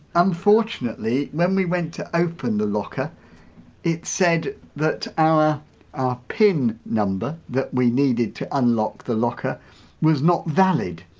unfortunately, when we went to open the locker it said that our our pin number that we needed to unlock the locker was not valid.